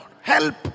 Help